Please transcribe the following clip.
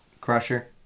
Crusher